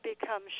become